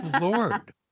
Lord